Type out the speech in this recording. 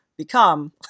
become